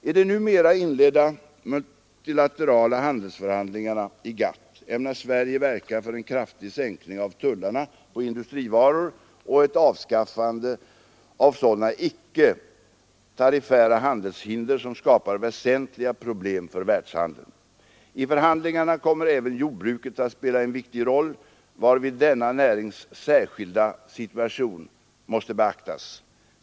I de numera inledda multilaterala handelsförhandlingarna i GATT ämnar Sverige verka för en kraftig sänkning av tullarna på industrivaror och ett avskaffande av sådana icke-tariffära handelshinder som skapar väsentliga problem för världshandeln. I förhandlingarna kommer även jordbruket att spela en viktig roll, varvid denna närings särskilda situation dock måste beaktas.